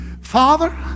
Father